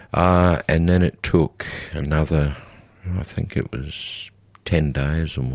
and then it took another, i think it was ten days or more